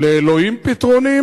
לאלוהים פתרונים,